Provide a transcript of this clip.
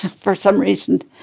for some reason